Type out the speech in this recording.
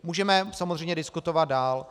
Můžeme samozřejmě diskutovat dál.